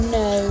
no